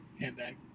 Handbag